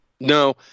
No